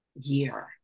year